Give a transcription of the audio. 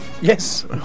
Yes